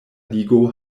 ligo